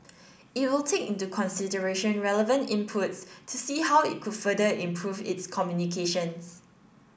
it will take into consideration relevant inputs to see how it could further improve its communications